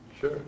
Sure